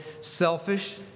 selfish